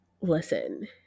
Listen